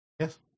Yes